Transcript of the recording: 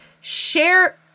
Share